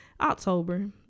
October